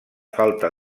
falta